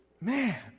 Man